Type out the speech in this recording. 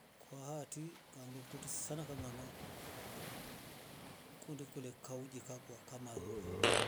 Kandongikundi saana kang'amaa ngikundi ngikole kauji kakwa ka marua.